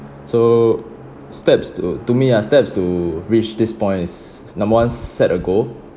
so steps to to me ah steps to reach this point is number one set a goal